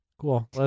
Cool